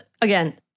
again